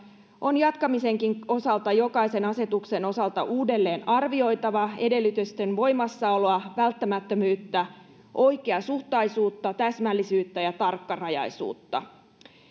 on jatkamisenkin osalta jokaisen asetuksen osalta uudelleenarvioitava edellytysten voimassaoloa välttämättömyyttä oikeasuhtaisuutta täsmällisyyttä ja tarkkarajaisuutta